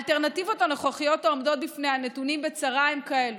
האלטרנטיבות הנוכחיות העומדות בפני הנתונים בצרה הן כאלה: